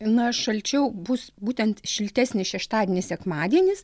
na šalčiau bus būtent šiltesnis šeštadienis sekmadienis